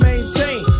Maintain